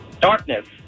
Darkness